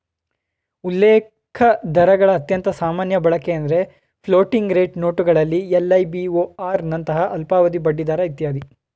ಉಲ್ಲೇಖದರಗಳ ಅತ್ಯಂತ ಸಾಮಾನ್ಯ ಬಳಕೆಎಂದ್ರೆ ಫ್ಲೋಟಿಂಗ್ ರೇಟ್ ನೋಟುಗಳಲ್ಲಿ ಎಲ್.ಐ.ಬಿ.ಓ.ಆರ್ ನಂತಹ ಅಲ್ಪಾವಧಿ ಬಡ್ಡಿದರ ಇತ್ಯಾದಿ